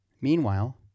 Meanwhile